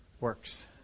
works